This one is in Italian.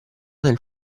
nel